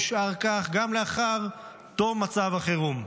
נשאר כך גם לאחר תום מצב החירום.